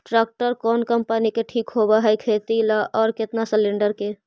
Tractor कोन company के ठीक होब है खेती ल औ केतना सलेणडर के?